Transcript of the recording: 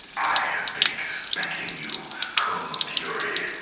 i've been expecting you kung ah fury.